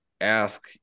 ask